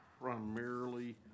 primarily